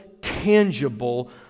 tangible